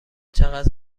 چقدر